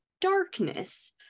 darkness